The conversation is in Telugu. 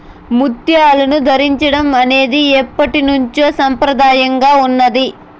ముత్యాలను ధరించడం అనేది ఎప్పట్నుంచో సంప్రదాయంగా ఉన్నాది